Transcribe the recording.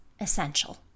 essential